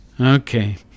Okay